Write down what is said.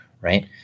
Right